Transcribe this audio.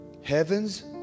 heaven's